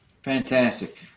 Fantastic